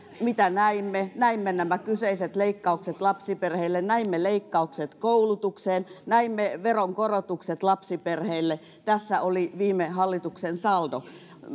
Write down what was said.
mitä näimme näimme nämä kyseiset leikkaukset lapsiperheille näimme leikkaukset koulutukseen näimme veronkorotukset lapsiperheille tässä oli viime hallituksen saldo